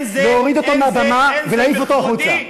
להוריד אותו מהבמה ולהעיף אותו החוצה.